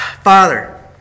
Father